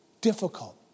difficult